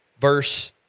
verse